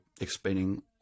explaining